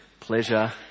Pleasure